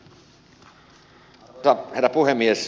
arvoisa herra puhemies